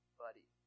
buddy